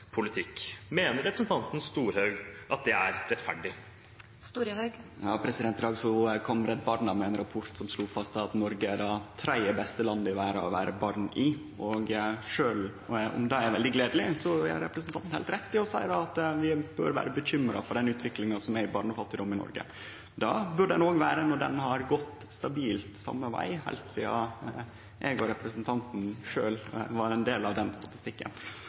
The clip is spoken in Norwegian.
politikk. Mener representanten Storehaug at det er rettferdig? I dag kom Redd Barna med ein rapport som slo fast at Noreg er det tredje beste landet i verda å vere barn i. Sjølv om det er veldig gledeleg, har representanten heilt rett når han seier at vi bør vere bekymra over den utviklinga som er i barnefattigdom i Noreg. Det burde ein også vere fordi ho har gått stabilt same veg heilt sidan eg og representanten sjølve var ein del av den statistikken.